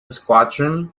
squadron